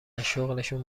ازشغلشون